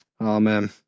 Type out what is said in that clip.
Amen